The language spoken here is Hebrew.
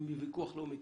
מוויכוח לא מתים.